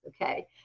okay